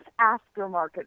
aftermarket